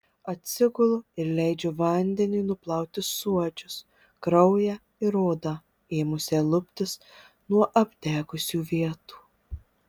atsigulu ir leidžiu vandeniui nuplauti suodžius kraują ir odą ėmusią luptis nuo apdegusių vietų